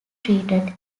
treated